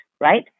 Right